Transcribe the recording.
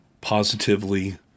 positively